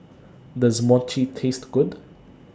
Does Mochi Taste Good